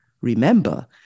Remember